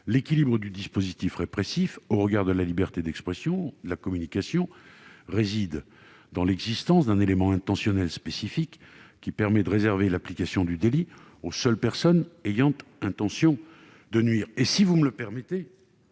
L'équilibre du dispositif répressif au regard de la liberté d'expression et de la communication réside dans l'existence d'un élément intentionnel spécifique permettant de réserver l'application du délit aux seules personnes ayant intention de nuire. Madame la rapporteure,